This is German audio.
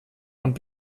und